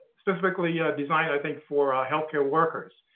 specifically yeah designed i think for healthcare workers.